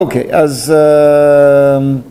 ‫אוקיי, אז...